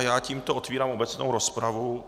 Já tímto otevírám obecnou rozpravu.